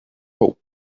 hope